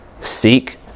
seek